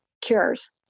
cures